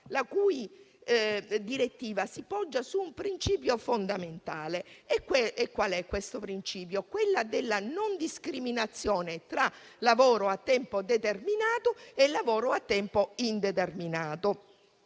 Tale direttiva si poggia su un principio fondamentale, che è quello della non discriminazione tra lavoro a tempo determinato e lavoro a tempo indeterminato.